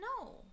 No